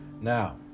Now